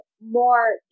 more